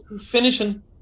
finishing